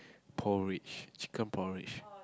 porridge chicken porridge